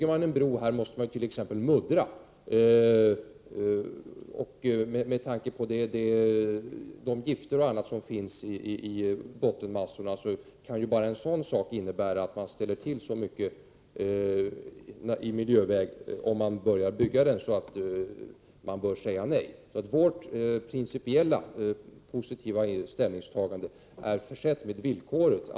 För att bygga en bro måste man t.ex. muddra, och med tanke på de gifter som finns i bottenmassorna kan bara detta innebära att man åstadkommer sådana miljöproblem att vi bör säga nej till bygget. Vårt principiellt positiva ställningstagande är därför försett med villkoret Prot.